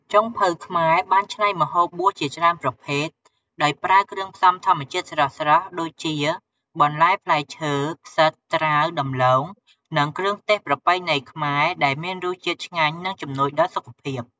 ចុងភៅខ្មែរបានច្នៃម្ហូបបួសជាច្រើនប្រភេទ ដោយប្រើគ្រឿងផ្សំធម្មជាតិស្រស់ៗ ដូចជា បន្លែ ផ្លែឈើ ផ្សិត ត្រាវ ដំឡូង និងគ្រឿងទេសប្រពៃណីខ្មែរ ដែលមានរសជាតិឆ្ងាញ់និងជំនួយដល់សុខភាព។